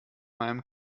meinem